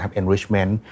enrichment